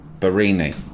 Barini